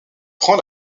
prend